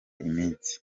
iminsi